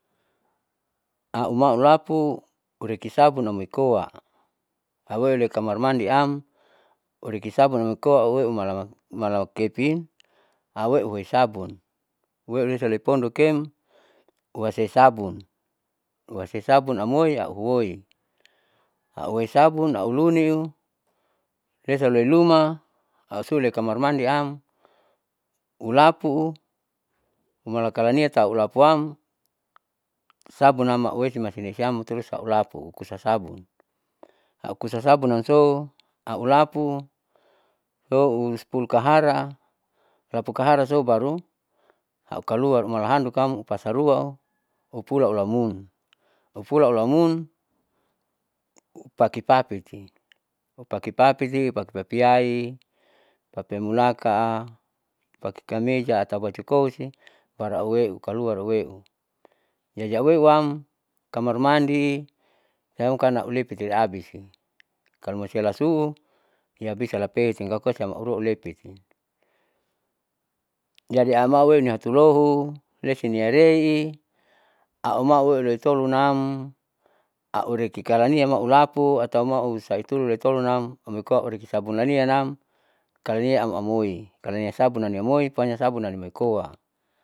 Auma ulapu ureke sabun amoi koa aule loikamar mandi am ureki sabun amoikoa uweu mala malaukepin auwe huoi sabun uhoilesa loipondokem uhasai sabun, uhasai sabun amoi auhoi auhoi sabun luniu lesa loi luma ause kamar mandi siam ulapu'u uamala kalania tahu ulapuam sabunam masuesi masuesine siam terus aulapu au kusa sabun. Aukusa sabun amso aulapu sou spul kahara lapu kara sou baru uakalua umala handukam pasaluao upula ulamun, upula ulamun u pake papiti upakr papiti pake papiayi papiayi mulaka pake kameja atau baju kosi baru auweu kaluar auweu. Jadi auweu am kamar mandi siam aulepiti abisi kalo masoilasu'u yabisa lam peiti siam aura lepiti. Jadi amau heuni hatulohu lesi niarei auma huwoi tolonam aureki kalania maulapu atau mausaitolo loitolonam amoikoa aureki sabun lanianam kalo niam amoi nia sabunam niamoi pohanya sabunam ini amoi koa.